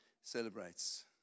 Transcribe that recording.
celebrates